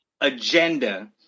agenda